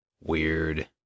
Weird